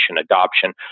adoption